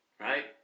Right